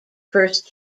first